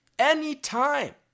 Anytime